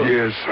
Yes